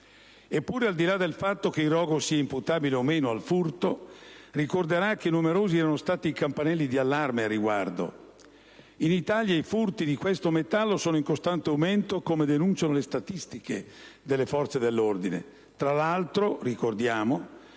Eppure, al di là del fatto che il rogo sia imputabile o meno al furto, ricorderà che numerosi erano stati i campanelli di allarme al riguardo negli ultimi tempi. In Italia i furti di questo metallo sono in costante aumento, come denunciano le statistiche delle forze dell'ordine. Tra l'altro, mentre